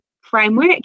framework